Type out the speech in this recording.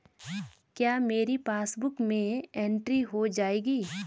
क्या मेरी पासबुक में एंट्री हो जाएगी?